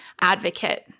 advocate